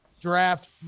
draft